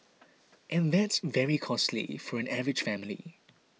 and that's very costly for an average family